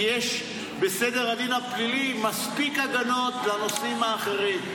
כי יש בסדר הדין הפלילי מספיק הגנות לנושאים האחרים.